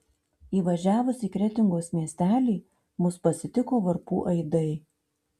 įvažiavus į kretingos miestelį mus pasitiko varpų aidai